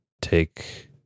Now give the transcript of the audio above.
take